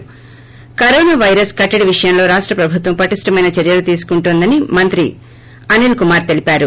ి corona virus కట్టడి విషయంలో రాష్ట ప్రభుత్వం పటిష్టమైన చర్యలు తీసుకుంటుందని మంత్రి అనిల్ కుమార్ తెలిపారు